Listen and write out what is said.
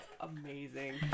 amazing